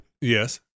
Yes